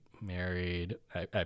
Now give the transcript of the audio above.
married—I